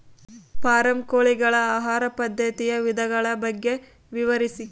Form ಕೋಳಿಗಳ ಆಹಾರ ಪದ್ಧತಿಯ ವಿಧಾನಗಳ ಬಗ್ಗೆ ವಿವರಿಸಿ?